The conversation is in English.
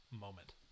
moment